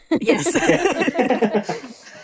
Yes